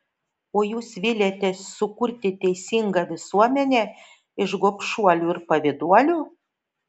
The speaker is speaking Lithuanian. o jūs viliatės sukurti teisingą visuomenę iš gobšuolių ir pavyduolių